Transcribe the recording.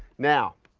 now,